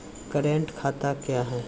Current खाता क्या हैं?